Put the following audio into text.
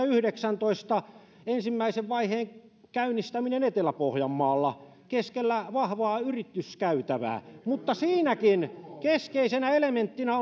yhdeksäntoista ensimmäisen vaiheen käynnistäminen etelä pohjanmaalla keskellä vahvaa yrityskäytävää mutta siinäkin keskeisenä elementtinä